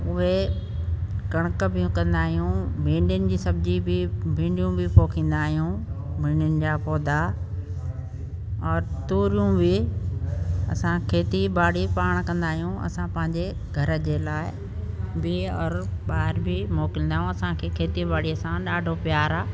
उहे कणिक बि कंदा आहियूं भींडियुनि जी सब़्जी बि भींडियूं बि पोखींदा आहियूं भींडियुनि जा पौधा और तूरियूं बि असां खेती बाड़ी पाणि कंदा आहियूं असां पंहिंजे घर जे लाइ बिह और ॿाहिरि बि मोकिलींदा आहियूं असांखे खेती बाड़ीअ सां ॾाढो प्यार आहे